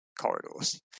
corridors